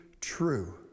true